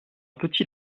petit